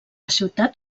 ciutat